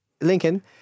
Lincoln